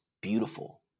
beautiful